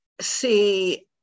see